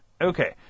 Okay